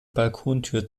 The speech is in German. balkontür